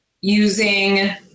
using